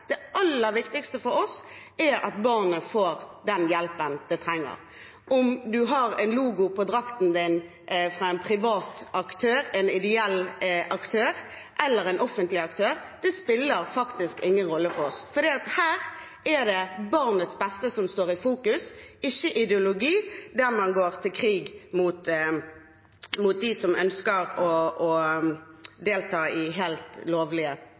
det aller viktigste at barnet får den hjelpen det trenger. Om man har en logo på drakten fra en privat, en ideell eller en offentlig aktør, spiller faktisk ingen rolle for oss. Her er det barnets beste som står i fokus, ikke en ideologi der man går til krig mot dem som ønsker å delta i helt lovlige